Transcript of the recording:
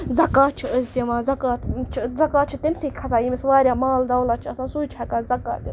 زکات چھِ أسۍ دِوان زکات چھِ زکات چھِ تٔمۍ سٕے کھَسان یٔمِس واریاہ مال دولت چھےٚ آسان سُے چھُ ہٮ۪کان زکات دِتھ